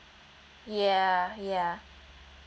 ya ya